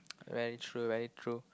very true very true